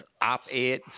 op-ed